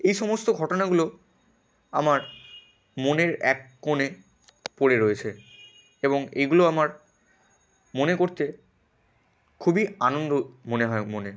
এই সমস্ত ঘটনাগুলো আমার মনের এক কোণে পড়ে রয়েছে এবং এইগুলো আমার মনে করতে খুবই আনন্দ মনে হয় মনে